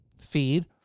feed